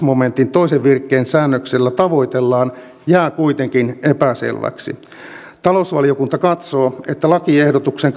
momentin toisen virkkeen säännöksellä tavoitellaan jää kuitenkin epäselväksi talousvaliokunta katsoo että lakiehdotuksen